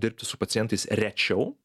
dirbti su pacientais rečiau